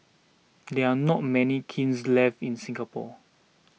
there are not many kilns left in Singapore